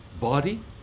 body